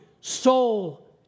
soul